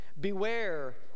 Beware